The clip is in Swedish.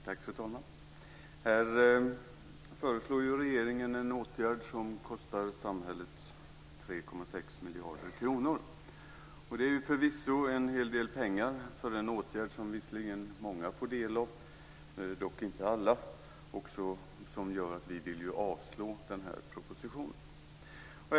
Fru talman! Här föreslår regeringen en åtgärd som kostar samhället 3,6 miljarder kronor. Det är förvisso en hel del pengar för en åtgärd som visserligen många får del av. Dock gäller det inte alla. Det gör att vi vill att propositionen avslås.